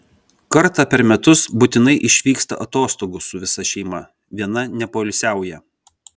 kartą per metus būtinai išvyksta atostogų su visa šeima viena nepoilsiauja